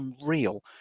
unreal